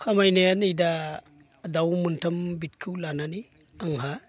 खामायनाया नै दा दाउ माथाम बिदखौ लानानै आंहा